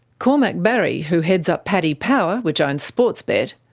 cormac barry, who heads up paddypower, which owns sportsbet,